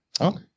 Okay